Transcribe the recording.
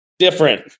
different